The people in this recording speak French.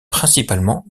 principalement